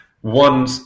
one